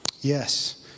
Yes